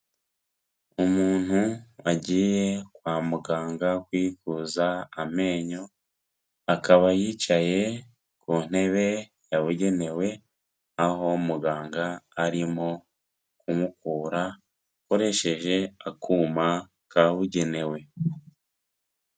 Umuntu wagiye kwa muganga kwikuza amenyo, akaba yicaye ku ntebe yabugenewe aho muganga arimo kumukura akoresheje akuma kabugenewe.